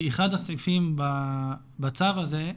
כי אחד הסעיפים בצו הזה,